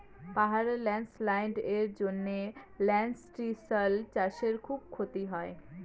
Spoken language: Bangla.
পাহাড়ে ল্যান্ডস্লাইডস্ এর জন্য লেনটিল্স চাষে খুব ক্ষতি হয়